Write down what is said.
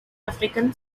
african